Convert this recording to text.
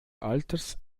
alters